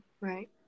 Right